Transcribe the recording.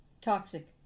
toxic